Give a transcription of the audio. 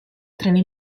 treni